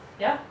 ya